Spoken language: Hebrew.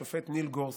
השופט ניל גורסץ':